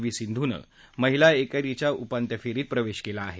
V सिंधूनं महिला एकेरीच्या उपान्त्य फेरीत प्रवेश केला आहे